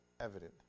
evident